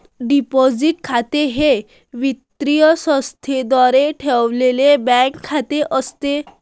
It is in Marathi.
डिपॉझिट खाते हे वित्तीय संस्थेद्वारे ठेवलेले बँक खाते असते